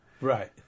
Right